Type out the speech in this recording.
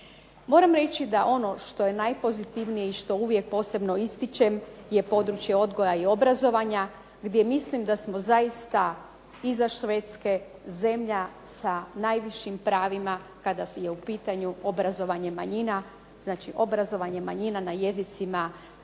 Moram reći da ono što je najpozitivnije i što uvijek posebno ističem je područje odgoja i obrazovanja gdje mislim da smo zaista iza Švedske, zemlja sa najvišim pravima kada je u pitanju obrazovanje manjina. Znači, obrazovanje manjina na jezicima